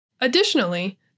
Additionally